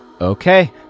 Okay